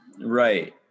right